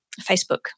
Facebook